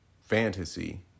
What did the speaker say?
fantasy